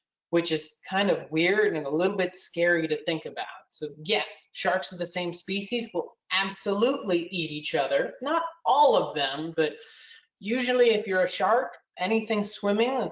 which is kind of weird and a little bit scary to think about. so yes, sharks of the same species will absolutely eat each other. not all of them, but usually if you're a shark, anything swimming,